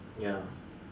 ya